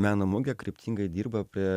meno mugė kryptingai dirba prie